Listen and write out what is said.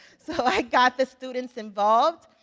so i got the students involved.